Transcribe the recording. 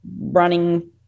running